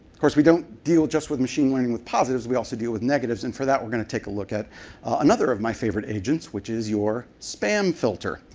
course, we don't deal just with machine learning with positives. we also deal with negatives. and for that we'll take a look at another of my favorite agents, which is your spam filter.